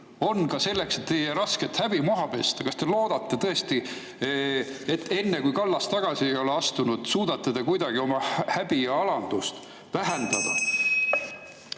on ka selleks, et teie rasket häbi maha pesta? Kas te loodate tõesti, et enne, kui Kallas tagasi ei ole astunud, suudate te kuidagi oma häbi ja alandust vähendada?